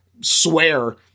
swear